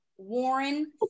warren